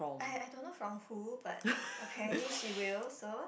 I I don't know from who but apparently she will so